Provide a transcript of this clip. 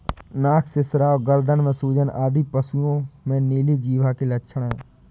नाक से स्राव, गर्दन में सूजन आदि पशुओं में नीली जिह्वा के लक्षण हैं